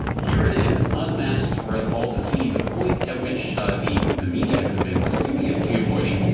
here it is, unmasked for us all to see, the point at which the media has been studiously avoiding,